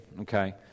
okay